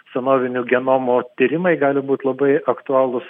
senovinių genomų tyrimai gali būt labai aktualūs